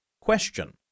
Question